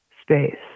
space